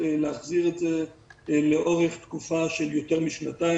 להחזיר את זה לאורך תקופה של יותר משנתיים,